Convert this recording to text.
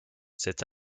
cet